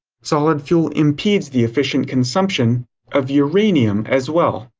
solid fuel impedes the efficient consumption of uranium as well.